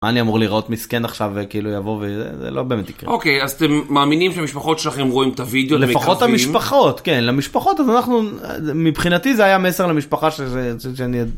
מה, אני אמור להראות מסכן עכשיו כאילו יבוא וזה לא באמת יקרה. אוקיי אז אתם מאמינים שהמשפחות שלכם רואים את הוידאו לפחות המשפחות כן למשפחות אז אנחנו מבחינתי זה היה מסר למשפחה שזה, שאני.